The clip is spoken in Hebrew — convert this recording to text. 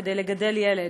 כדי לגדל ילד.